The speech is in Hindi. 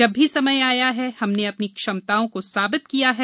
जब भी समय आया है हमने अपनी क्षमताओं को साबित किया है